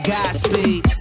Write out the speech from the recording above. Godspeed